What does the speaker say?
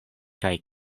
kaj